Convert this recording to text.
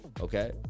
okay